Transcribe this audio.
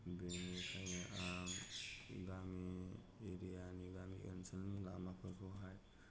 बेनिखायनो आं गामि एरियानि गामि ओनसोलनि लामाफोरखौहाय